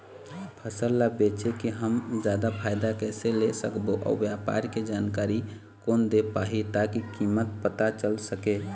फसल ला बेचे के हम जादा फायदा कैसे ले सकबो अउ व्यापार के जानकारी कोन दे पाही ताकि कीमत पता चल सके?